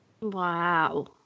Wow